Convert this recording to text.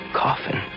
coffin